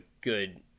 good